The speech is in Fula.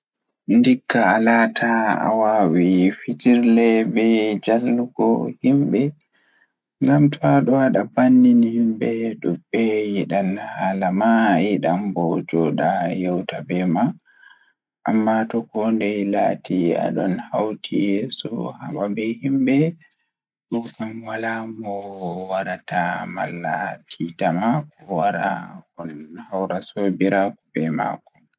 Wona ko moƴƴi waɗude heɓugol hoore haɓɓe kadi moƴƴe, si tawii maɓɓe woodi boowal feccere. Feccere ɓurɗo waɗi waɗde maɓɓe waɗata haɗeɗe e noon ngam ɗum waɗata waɗde darugol e njogorde. Tigi ko faayde e feccere ngam ɗum waɗi waɗde amte ɗuumbaaki, hono ɗum waɗata waɗde njiddiggol